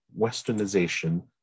westernization